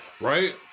Right